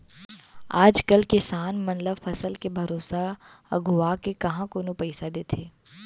आज कल किसान मन ल फसल के भरोसा अघुवाके काँहा कोनो पइसा देथे